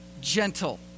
gentle